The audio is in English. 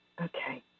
Okay